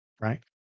right